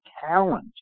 talent